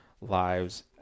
lives